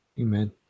Amen